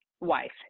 Wife